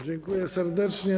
Dziękuję serdecznie.